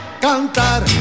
Cantar